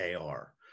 AR